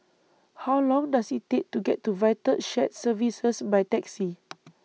How Long Does IT Take to get to Vital Shared Services By Taxi